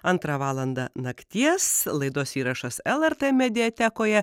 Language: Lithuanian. antrą valandą nakties laidos įrašas lrt mediatekoje